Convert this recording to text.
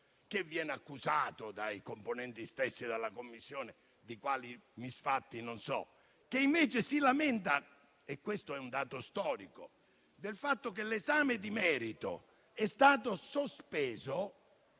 - viene accusato dai componenti stessi della Commissione di non so quali misfatti - si lamenta - e questo è un dato storico - del fatto che l'esame di merito è stato sospeso